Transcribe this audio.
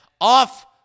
off